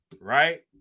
right